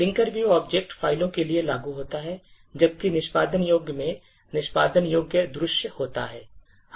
linker view object फ़ाइलों के लिए लागू होता है जबकि निष्पादनयोग्य में निष्पादन योग्य दृश्य होता है